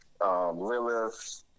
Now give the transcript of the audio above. Lilith